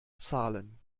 zahlen